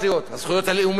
הזכויות הלאומיות,